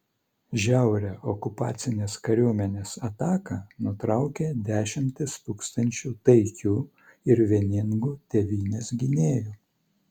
žiaurią okupacinės kariuomenės ataką nutraukė dešimtys tūkstančių taikių ir vieningų tėvynės gynėjų